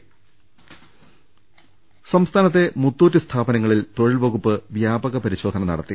ദർവ്വെട്ടറ സംസ്ഥാനത്തെ മുത്തൂറ്റ് സ്ഥാപനങ്ങളിൽ തൊഴിൽ വകുപ്പ് വ്യാപക പരിശോധന നടത്തി